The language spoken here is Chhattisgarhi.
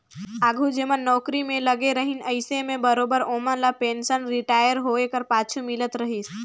आघु जेमन नउकरी में लगे रहिन अइसे में बरोबेर ओमन ल पेंसन रिटायर होए कर पाछू मिलत रहिस